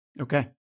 okay